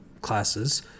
Classes